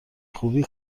خوبی